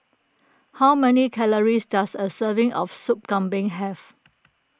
how many calories does a serving of Soup Kambing have